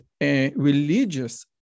religious